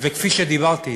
וכפי שדיברתי אתך,